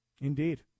Indeed